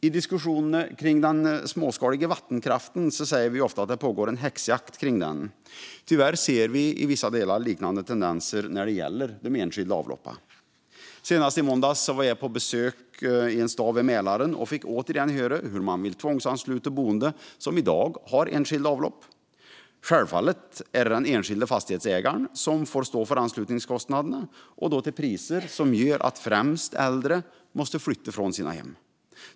I diskussionerna om den småskaliga vattenkraften säger vi ofta att det pågår en häxjakt på den. Tyvärr ser vi i vissa delar liknande tendenser när det gäller enskilda avlopp. Senast i måndags var jag på besök i en stad vid Mälaren, och jag fick återigen höra hur man vill tvångsansluta boende som i dag har enskilda avlopp. Självfallet är det den enskilde fastighetsägaren som får stå för anslutningskostnaderna till priser som gör att främst äldre måste flytta från sina hem.